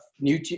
new